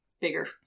bigger